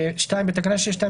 בתקנה 6(2),